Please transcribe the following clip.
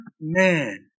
man